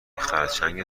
خرچنگ